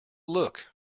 look